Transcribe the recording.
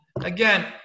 Again